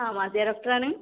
ആ മാദിയ ഡോക്ടറാണ്